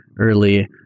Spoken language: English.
early